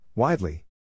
Widely